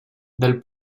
dal